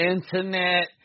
Internet